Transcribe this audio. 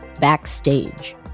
Backstage